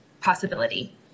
possibility